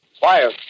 Fire